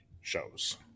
shows